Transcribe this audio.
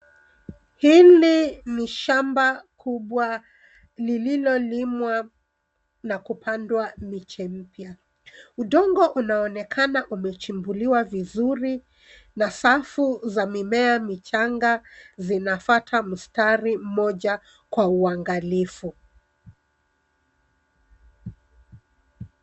Hili ni shamba kubwa lililolimwa na kupandwa miche mipya. Udongo unaonekana umechimbuliwa vizuri na safu za mimea michanga zinafuata mstari mmoja kwa uangalifu.